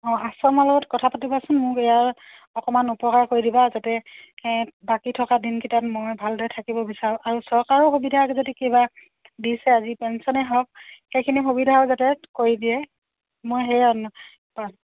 অঁ আশ্ৰমৰ লগত কথা পাতিবচোন মোক ইয়াৰ অকমান উপকাৰ কৰি দিবা যাতে বাকী থকা দিনকেইটাত মই ভালদৰে থাকিব বিচাৰোঁ আৰু চৰকাৰৰ সুবিধা যদি কিবা দিছে আজি পেঞ্চনেই হওক সেইখিনি সুবিধাও যাতে কৰি দিয়ে মই